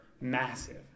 massive